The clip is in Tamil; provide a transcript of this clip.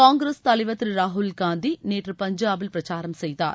காங்கிரஸ் தலைவர் திரு ராகுல் காந்தி நேற்று பஞ்சாபில் பிரச்சாரம் செய்தார்